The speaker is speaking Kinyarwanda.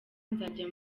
nzajya